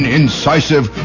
incisive